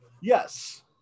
yes